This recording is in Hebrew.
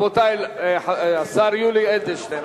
השר יולי אדלשטיין,